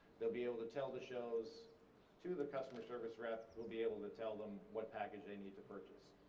they'll be able to tell the shows to the customer service rep, will be able to tell them what package they need to purchase.